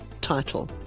title